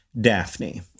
Daphne